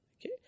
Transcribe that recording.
Okay